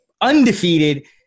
undefeated